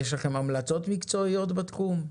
יש לכם המלצות מקצועיות בתחום?